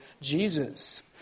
Jesus